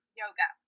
yoga